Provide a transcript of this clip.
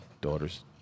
daughter's